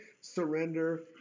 surrender